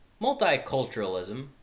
Multiculturalism